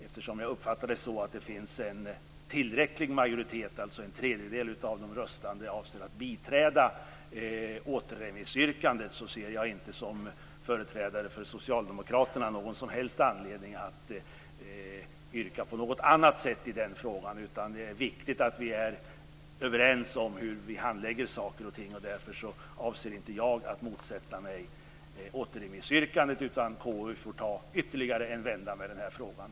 Eftersom jag uppfattar att det finns en tillräcklig majoritet, dvs. en tredjedel av de röstande avser att biträda återremissyrkandet, ser jag som företrädare för Socialdemokraterna inte någon som helst anledning att yrka på något annat sätt i frågan. Det är viktigt att vi är överens om hur vi handlägger saker och ting. Därför avser inte jag att motsätta mig återremissyrkandet. KU får ta ytterligare en vända med frågan.